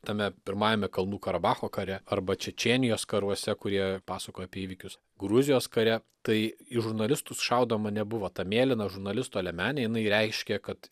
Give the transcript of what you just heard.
tame pirmajame kalnų karabacho kare arba čečėnijos karuose kurie pasakojo apie įvykius gruzijos kare tai į žurnalistus šaudoma nebuvo ta mėlyna žurnalisto liemenė jinai reiškia kad